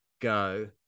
go